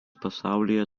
pasaulyje